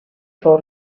fou